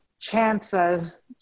chances